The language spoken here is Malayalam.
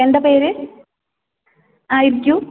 എന്താണ് പേര് ആ ഇരിക്കൂ